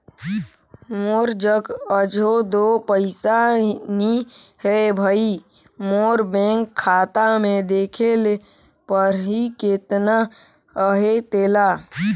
मोर जग अझो दो पइसा नी हे भई, मोर बेंक खाता में देखे ले परही केतना अहे तेला